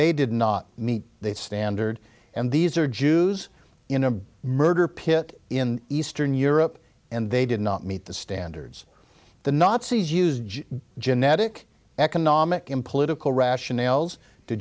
they did not meet the standard and these are jews in a murder pit in eastern europe and they did not meet the standards the nazis used genetic economic and political rationales to